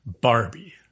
Barbie